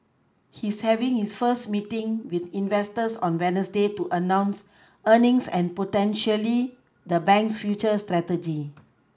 he's having his first meeting with investors on wednesday to announce earnings and potentially the bank's future strategy